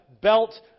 belt